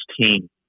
team